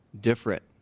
different